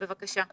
בבקשה.